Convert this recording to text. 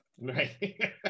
right